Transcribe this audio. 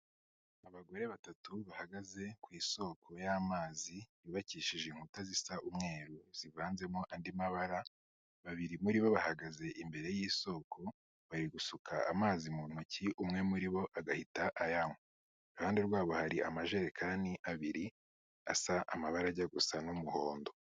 Abagore batatu bahagaze ku isoko y'amazi yubakishije inkuta zisa umweru zivanzemo andi mabara, babiri muri bo bahagaze imbere y'isoko, bari gusuka amazi mu ntoki, umwe muri bo agahita ayanywa. Iruhande rwabo hari amajerekani abiri, asa amabara ajya gusa nk'umuhondo.